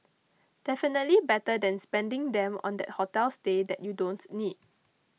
definitely better than spending them on that hotel stay that you don't need